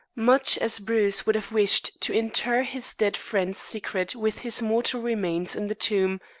much as bruce would have wished to inter his dead friend's secret with his mortal remains in the tomb,